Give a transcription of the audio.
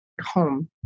home